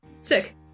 Sick